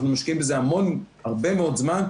אנחנו משקיעים הרבה מאוד זמן,